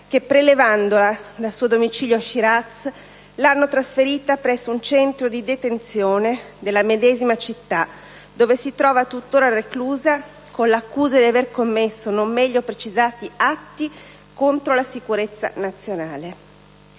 che, prelevandola dal suo domicilio a Shiraz, l'hanno trasferita presso un centro di detenzione della medesima città, dove si trova tuttora reclusa, con l'accusa di aver commesso non meglio precisati atti contro la sicurezza nazionale.